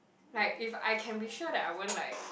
like if I can be sure that I won't like